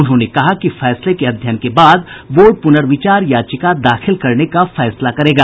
उन्होंने कहा कि फैसले के अध्ययन के बाद बोर्ड पुनर्विचार याचिका दाखिल करने का निर्णय लेगा